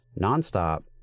nonstop